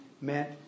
meant